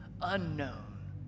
unknown